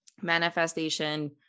manifestation